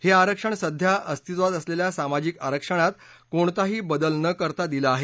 हे आरक्षण सध्या अस्तीत्वात असलेल्या सामाजिक आरक्षणात कुठलाही बदल न करता दिलं आहे